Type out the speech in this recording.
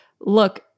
look